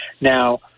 Now